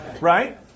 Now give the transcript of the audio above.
Right